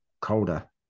colder